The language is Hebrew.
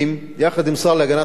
יחד עם השר להגנת הסביבה,